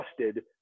trusted